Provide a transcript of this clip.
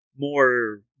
more